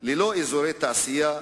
ללא אזורי תעשייה,